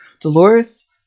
Dolores